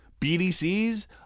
BDCs